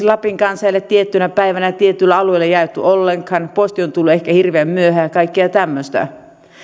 lapin kansaa ei ole tiettynä päivänä tietyille alueille jaettu ollenkaan posti on tullut ehkä hirveän myöhään ja kaikkea tämmöistä